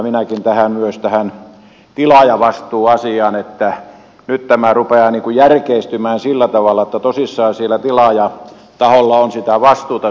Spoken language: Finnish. minäkin puutun myös tähän tilaajavastuuasiaan että nyt tämä rupeaa niin kuin järkeistymään sillä tavalla että tosissaan siellä tilaajataholla on sitä vastuuta